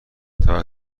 توجه